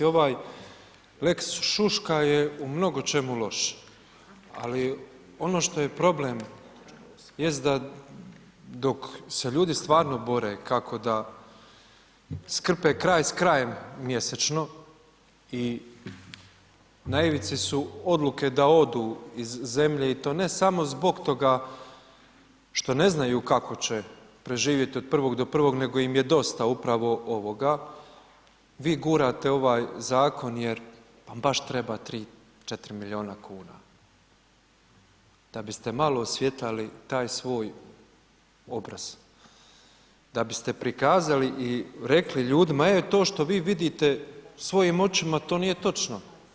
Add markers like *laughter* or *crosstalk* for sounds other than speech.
Ovaj lex šuška je u mnogo čemu loš ali ono što je problem jest da dok se ljudi stvarno bore kako da skrpe kraj s krajem mjesečno i na ... *unintelligible* su odluke da odu iz zemlje i to ne samo zbog toga što ne znaju kako će preživjeti od prvog do prvog nego im je dosta upravo ovoga vi gurate ovaj zakon jer baš treba 3, 4 milijuna kuna da bi ste malo osvjetlali taj svoj obraz, da biste prikazali i rekli ljudima e to što vi vidite svojim očima, to nije točno.